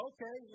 Okay